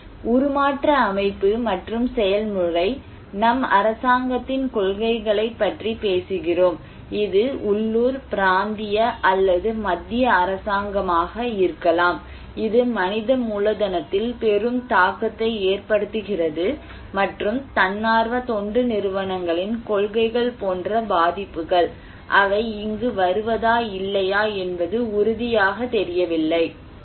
எனவே உருமாற்ற அமைப்பு மற்றும் செயல்முறை நம் அரசாங்கத்தின் கொள்கைகளை பற்றி பேசுகிறோம் இது உள்ளூர் பிராந்திய அல்லது மத்திய அரசாங்கமாக இருக்கலாம் இது மனித மூலதனத்தில் பெரும் தாக்கத்தை ஏற்படுத்துகிறது மற்றும் தன்னார்வ தொண்டு நிறுவனங்களின் கொள்கைகள் போன்ற பாதிப்புகள் அவை இங்கு வருவதா இல்லையா என்பது உறுதியாகத் தெரியவில்லை